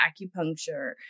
acupuncture